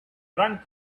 drunk